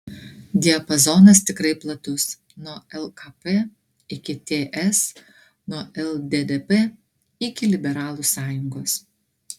diapazonas tikrai platus nuo lkp iki ts nuo lddp iki liberalų sąjungos